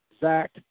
Zach